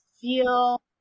feel